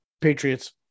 Patriots